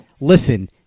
listen